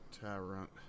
Tyrant